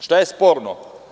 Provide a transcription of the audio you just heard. Šta je sporno?